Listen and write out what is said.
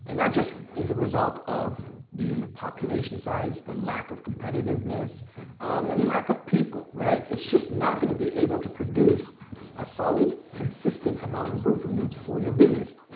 and that just is a result of the population size, the lack of competitiveness um and lack of people, right? it's just not gonna be able to produce a solid, consistent amount roofing leads for your business.